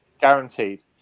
Guaranteed